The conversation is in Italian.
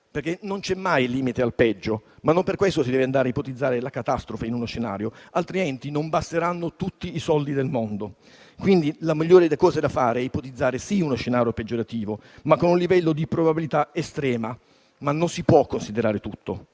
perché non c'è mai limite al peggio, ma non per questo si deve andare a ipotizzare la catastrofe in uno scenario, altrimenti non basteranno tutti i soldi del mondo. Quindi, la migliore delle cose da fare è ipotizzare sì uno scenario peggiorativo, ma con un livello di probabilità estrema; non si può considerare tutto.